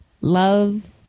love